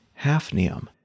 Hafnium